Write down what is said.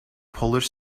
polish